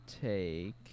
take